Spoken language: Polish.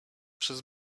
przez